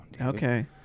Okay